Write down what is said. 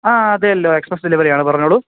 ആ അതേല്ലോ എക്സ്പ്രസ് ഡെലിവറിയാണ് പറഞ്ഞോളൂ